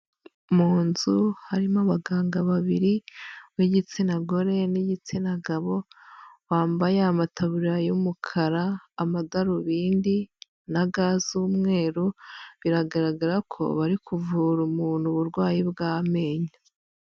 Mu nzu harimo abaganga babiri b'igitsina gore n'igitsina gabo bambaye amataburiya y'umukara, amadarubindi na ga z'umweru, biragaragara ko bari kuvura umuntu uburwayi bw'amenyo